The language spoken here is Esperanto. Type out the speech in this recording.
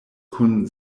kun